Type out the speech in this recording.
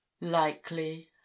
Likely